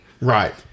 Right